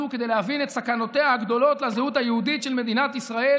כדי להבין את סכנותיה הגדולות לזהות היהודית של מדינת ישראל